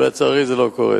אבל לצערי זה לא קורה.